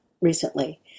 recently